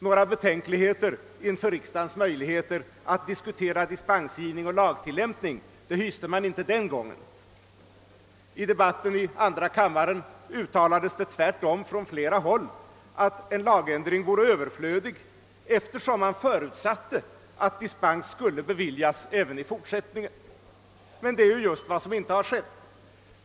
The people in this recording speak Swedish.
Några betänkligheter inför riksdagens möjligheter att diskutera dispensgivning och lagtillämpning hyste man inte den gången. I debatten i andra kammaren uttalades det tvärtom från flera håll att en lagändring vore överflödig, eftersom man förutsatte att dispens skulle beviljas även i fortsättningen. Men det är just vad som inte har skett.